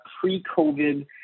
pre-COVID